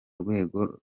rwego